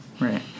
right